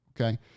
okay